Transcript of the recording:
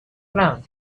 ground